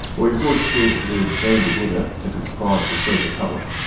well he was always scared that they'd ban together to conspire to deceive the public.